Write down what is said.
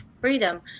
freedom